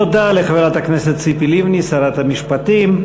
תודה לחברת הכנסת ציפי לבני, שרת המשפטים.